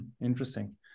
Interesting